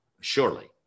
surely